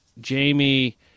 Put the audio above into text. Jamie